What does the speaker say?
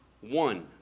one